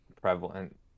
prevalent